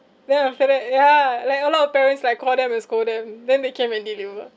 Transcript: then after that yeah like a lot of parents like call them and scold them then they came and deliver